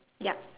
ya